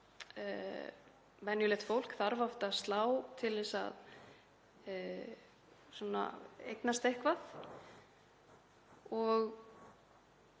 venjulegt fólk þarf oft að slá til að eignast eitthvað.